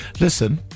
listen